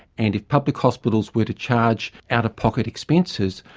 and if public hospitals were to charge out-of-pocket expenses,